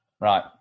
Right